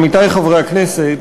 עמיתי חברי הכנסת,